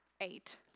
Eight